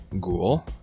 ghoul